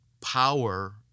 power